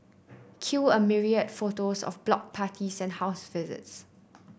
cue a myriad photos of block parties and house visits